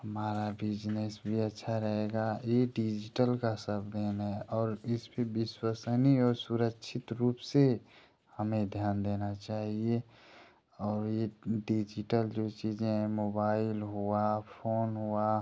हमारा बिजनेस भी अच्छा रहेगा यह डिजिटल का सब देन है और इस पर विश्वसनीय और सुरक्षित रूप से हमें ध्यान देना चाहिए और यह डिजिटल जो चीज़ें हैं मोबाइल हुआ फ़ोन हुआ